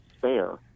fair